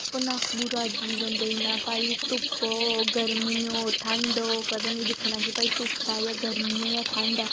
अपना पूरा जीवन देई ओड़ना भई धुप्प गर्मी ठंड होग कदें बी नेईं दिक्खना कि भई गर्मी ऐ धुप्प ऐ ठंड ऐ